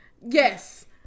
yes